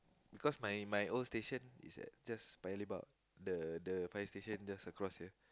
cause my my old station as at just Paya-Lebar the the fire station just across the